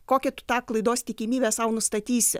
kokią tu tą klaidos tikimybę sau nustatysi